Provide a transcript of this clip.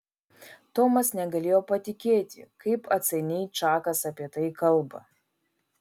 tomas negalėjo patikėti kaip atsainiai čakas apie tai kalba